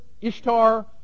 Ishtar